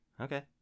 Okay